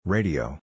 Radio